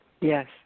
Yes